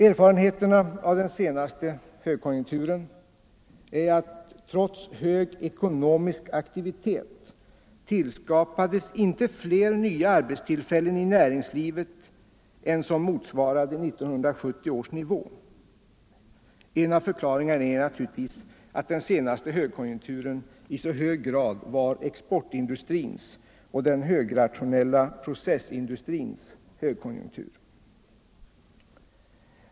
Erfarenheterna av den senaste högkonjunkturen är att trots hög ekonomisk aktivitet skapades inte fler nya arbetstillfällen i näringslivet än vad som motsvarar 1970 års nivå. En av förklaringarna är naturligtvis att den senaste högkonjunkturen i så hög grad var exportindustrins och den högrationella processindustrins högkonjunktur.